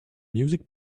music